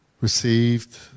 received